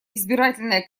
избирательная